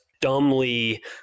dumbly